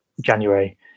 January